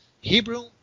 Hebrew